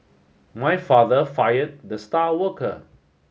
my father fired the star worker